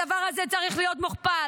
הדבר הזה צריך להיות מוכפל.